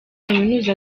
kaminuza